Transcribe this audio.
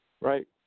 right